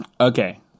Okay